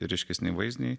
ryškesni vaizdiniai